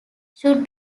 should